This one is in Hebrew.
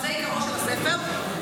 זה עיקרו של הספר.